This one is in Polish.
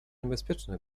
niebezpieczny